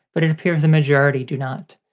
but it appears the majority do not.